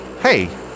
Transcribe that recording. Hey